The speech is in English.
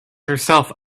herself